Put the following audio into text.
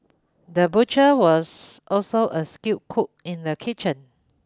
the butcher was also a skilled cook in the kitchen